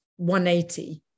180